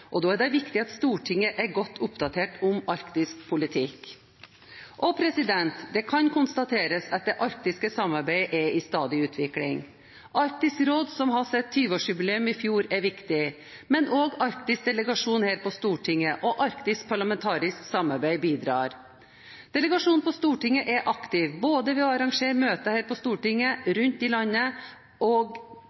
Da er det viktig at Stortinget er godt oppdatert om arktisk politikk. Det kan konstateres at det arktiske samarbeidet er i stadig utvikling. Arktisk råd, som hadde sitt 20-årsjubileum i fjor, er viktig, men også den arktiske delegasjonen her på Stortinget og arktisk parlamentarisk samarbeid bidrar. Delegasjonen på Stortinget er aktiv, både ved å arrangere møter her på Stortinget og rundt i landet og